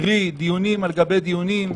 קרי, דיונים על גבי דיונים,